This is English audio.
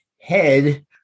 head